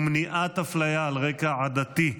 ומניעת אפליה על רקע עדתי.